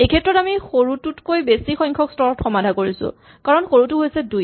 এইক্ষেত্ৰত আমি সৰুটোতকৈ বেছি সংখ্যক স্তৰত সমাধা কৰিছো কাৰণ সৰুটো হৈছে ২